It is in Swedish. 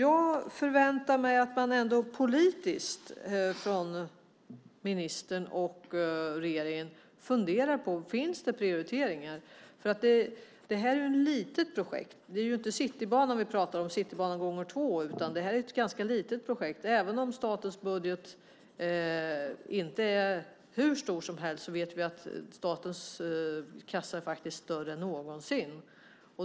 Jag förväntar mig att man från politiskt håll, från ministerns och regeringens sida, funderar på prioriteringarna. Det här är ju fråga om ett litet projekt. Det är inte Citybanan 2 vi pratar om utan om ett ganska litet projekt. Även om statens budget inte är hur stor som helst vet vi att statens kassa faktiskt är större än någonsin.